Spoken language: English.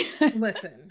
listen